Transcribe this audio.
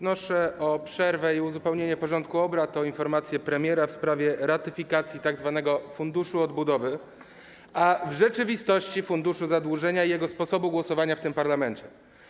Wnoszę o przerwę i uzupełnienie porządku obrad o informację premiera w sprawie ratyfikacji tzw. Funduszu Odbudowy, a w rzeczywistości funduszu zadłużenia, i sposobu głosowania nad nim w tym parlamencie.